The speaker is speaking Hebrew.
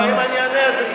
אבל אם אני אענה זה,